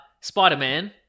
Spider-Man